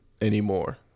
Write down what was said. anymore